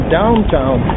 downtown